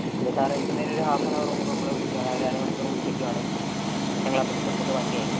കുഴപ്പമില്ല സാർ എത്തുന്നേന് ഒരു ഹാഫ് ആൻ അവർ മുൻപ് നമ്മളെ വിളിക്കാൻ ഒരര മണിക്കൂർ മുൻപ് വിളിക്കാണെങ്കിൽ ഞങ്ങളപ്പോഴത്തേക്കും അങ്ങോട്ട് വണ്ടി അയക്കാം